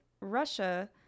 russia